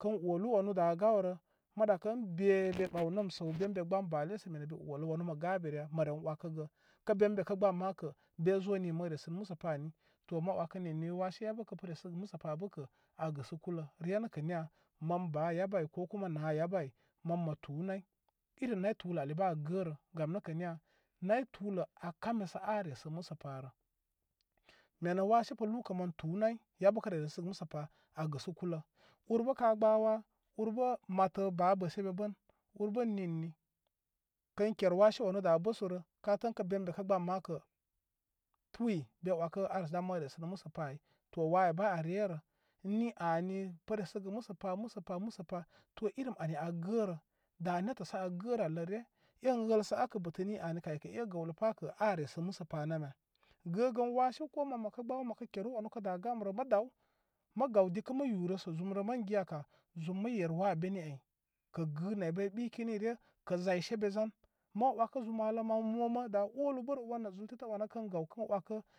Kən olu wanu a gye rə, ma ɗakə ən bee be ɓaw nəm səw ben bee gbaam bale sə mene bee olu wanu mə ga be rə ya? Mə ren wakə gə kə ben be kə gbaam makə be zo ni ma wakə nini waashe yabə kə pə resəgə musa pa bə kə' aa gɨsə kulə. Ryə nə kə niya? Man baa yabə ai ko kuma naa yabə ai man mə tuu nay. irim nay tuulə ali bə aa gəərə gam nə kə niya? Nay tullə aa kame sə aa ryə sə mu sə pa rə. me ne waashe pə luukə mən tuu nay, yabə kə ryə resəgə musə pa aa gɨsə kulə ur bə. Baa bəsə be bə ur bə ən niŋ ani pə resəgə musə pa, musə pa, musə pa. To irim ani aa gəərə, da netə sə aa gərə ari rə ryə. En jhəl sə akə bətə niy ani kə aikə e gəwlə pa kə aa resə musə pa namya? Gəgən waashe ko man məkə gbaaw məkə keru wanu kə də gamrə mə daw, mə gaw dikə mə yurə sə zum rə mə giyaka, zum mə yer waa beni ai kə gɨɨ nar bay ɓɨkini ryə kə zayse be zan. Ma wakə zumalə maw, mo ma dā olu bərə wan nə zul tetə wanə kə gaw kən wakə.